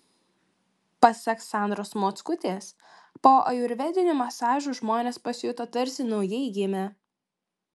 pasak sandros mockutės po ajurvedinių masažų žmonės pasijuto tarsi naujai gimę